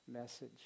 message